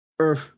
earth